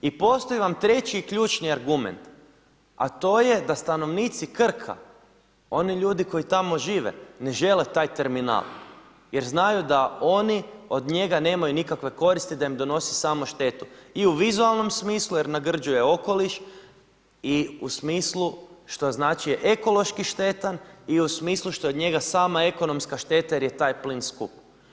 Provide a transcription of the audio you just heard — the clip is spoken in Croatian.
I postoji vam treći i ključni argument, a to je da stanovnici Krka oni ljudi koji tamo žive ne žele taj terminal jer znaju da oni od njega nemaju nikakve koristi i da im donosi samo štetu i u vizualnom smislu jer nagrđuje okoliš i u smislu što znači ekološki štetan i u smislu što od njega sama ekonomska šteta jer je taj plin skup.